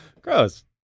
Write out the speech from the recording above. Gross